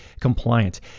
compliant